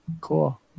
cool